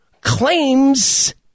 claims